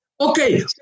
Okay